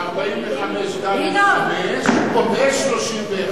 זה 45(ד)(5) ו-31.